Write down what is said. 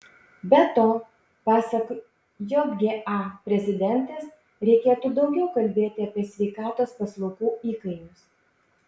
be to pasak jga prezidentės reikėtų daugiau kalbėti apie sveikatos paslaugų įkainius